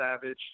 Savage